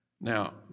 now